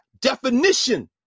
definition